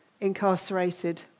incarcerated